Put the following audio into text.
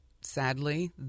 sadly